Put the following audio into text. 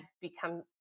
become